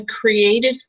creative